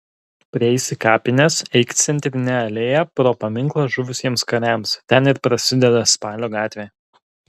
prieisi kapines eik centrine alėja pro paminklą žuvusiems kariams ten ir prasideda spalio gatvė